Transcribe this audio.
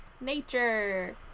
nature